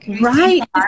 Right